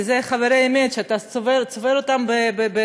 כי אלה חברי אמת שאתה צובר בנערות,